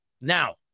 Now